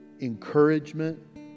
encouragement